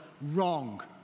wrong